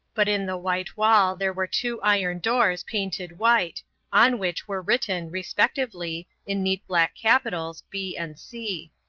but in the white wall there were two iron doors painted white on which were written, respectively, in neat black capitals b and c.